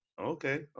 Okay